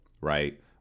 right